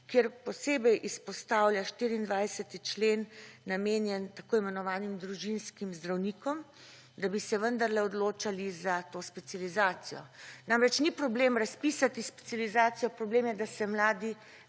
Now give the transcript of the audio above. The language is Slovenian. kjer posebej izpostavlja 24. člen, namenjen t. i. družinskim zdravnikom, da bi se vendarle odločali za to specializacijo. Namreč ni problem razpisati specializacijo, problem je, da se mladi